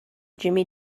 jimmy